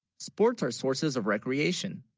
sports are sources of recreation,